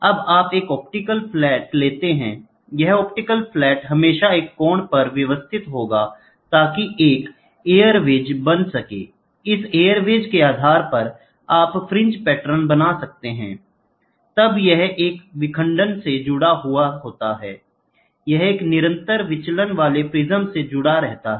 अब आप एक ऑप्टिकल फ्लैट लेते हैंI यह ऑप्टिकल फ्लैट हमेशा एक कोण पर व्यवस्थित होगा ताकि एक एयर वेज बन सके Iइस एयर वेज के आधार पर आप फ्रिंज पैटर्न बना सकते हैंI तब यह एक विखंडन से जुड़ा होता है यह एक निरंतर विचलन वाले प्रिज्म से जुड़ा होता है